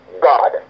god